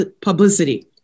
publicity